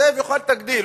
הזאב יאכל את הגדי,